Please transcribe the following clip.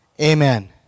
Amen